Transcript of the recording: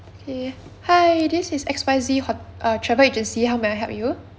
okay hi this is X Y Z hot~ uh travel agency how may I help you